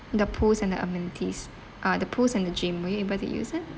the pools and the amenities uh the pools and the gym were you able to use it